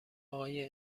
آقای